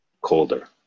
colder